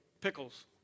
pickles